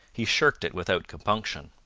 he shirked it without compunction.